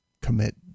commit